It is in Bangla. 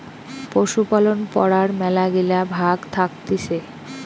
পশুপালন পড়ার মেলাগিলা ভাগ্ থাকতিছে